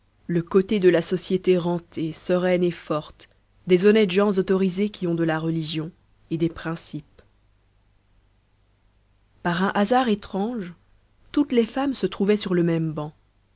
le côté de la société rentée sereine et forte des honnêtes gens autorisés qui ont de la religion et des principes par un hasard étrange toutes les femmes se trouvaient sur le même banc